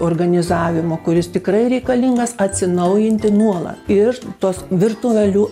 organizavimo kuris tikrai reikalingas atsinaujinti nuola ir tos virtualių